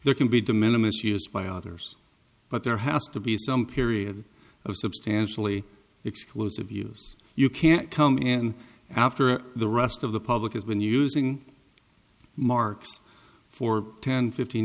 there can be de minimis used by others but there has to be some period of substantially exclusive use you can't come in after the rest of the public has been using marks for ten fifteen